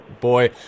boy